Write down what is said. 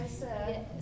Yes